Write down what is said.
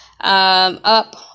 up